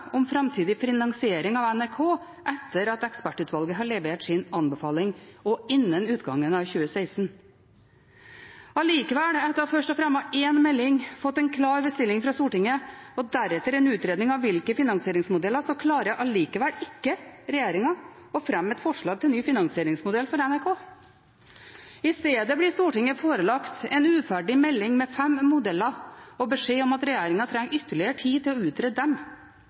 om framtidig finansiering av NRK etter at ekspertutvalget har levert sin anbefaling, og innen utgangen av 2016.» Likevel: Etter først å ha fremmet én melding, fått en klar bestilling fra Stortinget og deretter en utredning om ulike finansieringsmodeller, klarer likevel ikke regjeringen å fremme et forslag til ny finansieringsmodell for NRK. I stedet blir Stortinget forelagt en uferdig melding med fem modeller og beskjed om at regjeringen trenger ytterligere tid til å utrede dem,